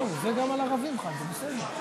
עיסאווי, זה גם הערבים חל, בסדר.